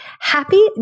happy